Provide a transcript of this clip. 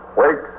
wait